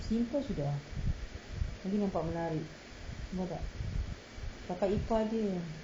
simple sudah lagi nampak menarik nampak tak kakak ipar dia yang